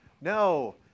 No